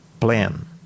plan